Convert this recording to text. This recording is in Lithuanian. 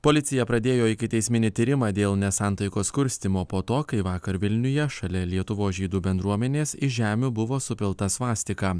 policija pradėjo ikiteisminį tyrimą dėl nesantaikos kurstymo po to kai vakar vilniuje šalia lietuvos žydų bendruomenės iš žemių buvo supilta svastika